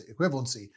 equivalency